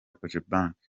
cogebanque